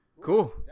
Cool